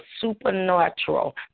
supernatural